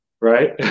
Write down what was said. Right